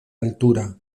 altura